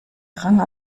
rang